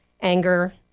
anger